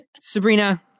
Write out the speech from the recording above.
Sabrina